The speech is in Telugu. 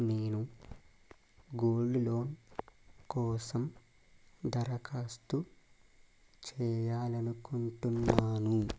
నేను గోల్డ్ లోన్ కోసం దరఖాస్తు చేయాలనుకుంటున్నాను